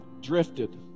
drifted